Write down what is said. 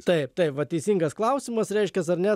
taip taip va teisingas klausimas reiškias ar ne